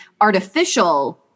artificial